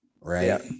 right